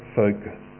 focus